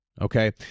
Okay